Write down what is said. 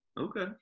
Okay